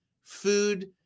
food